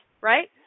right